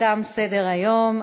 תם סדר-היום.